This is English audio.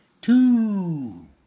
Two